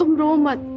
ah reema,